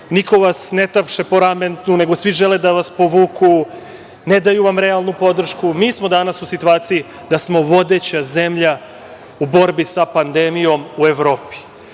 niko vas ne tapše po ramenu, nego svi žele da vas povuku, ne daju vam realnu podršku. Mi smo danas u situaciji da smo vodeća zemlja u borbi sa pandemijom u Evropi.